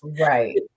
Right